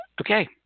Okay